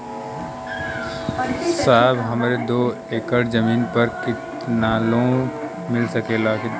साहब हमरे दो एकड़ जमीन पर कितनालोन मिल सकेला?